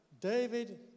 David